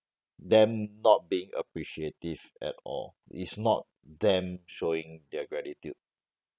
them not being appreciative at all it's not them showing their gratitude